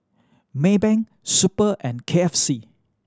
Maybank Super and K F C